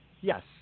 yes